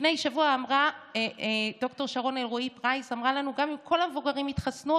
לפני שבוע ד"ר שרון אלרעי פרייס אמרה לנו: גם אם כל המבוגרים יתחסנו,